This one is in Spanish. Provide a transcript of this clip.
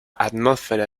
atmósfera